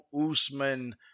Usman